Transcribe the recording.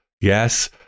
Yes